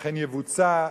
אכן יבוצע.